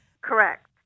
Correct